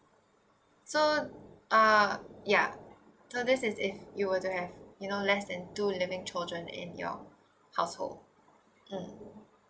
so uh ya so this is if you were to have you know less than two living children in your household mm